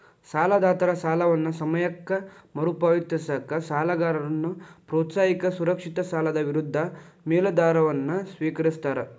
ಸಾಲದಾತರ ಸಾಲವನ್ನ ಸಮಯಕ್ಕ ಮರುಪಾವತಿಸಕ ಸಾಲಗಾರನ್ನ ಪ್ರೋತ್ಸಾಹಿಸಕ ಸುರಕ್ಷಿತ ಸಾಲದ ವಿರುದ್ಧ ಮೇಲಾಧಾರವನ್ನ ಸ್ವೇಕರಿಸ್ತಾರ